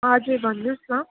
हजुर भन्नुहोस् न